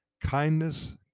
kindness